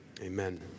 amen